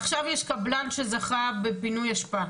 עכשיו יש קבלן שזכה בפינוי אשפה,